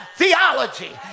theology